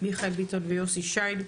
מיכאל ביטון ויוסי שיין,